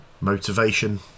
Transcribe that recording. motivation